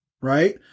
right